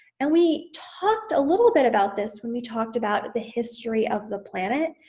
and we talked a little bit about this when we talked about the history of the planet.